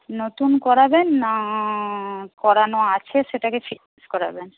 নতুন করাবেন না করানো আছে সেটাকে ঠিক করাবেন